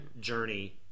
journey